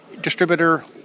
distributor